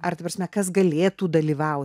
ar ta prasme kas galėtų dalyvaut